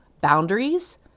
boundaries